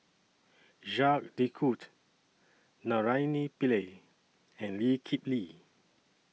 Jacques De Coutre Naraina Pillai and Lee Kip Lee